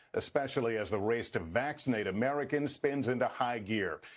especially as the race to vaccinate americans spins into high gear.